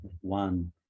One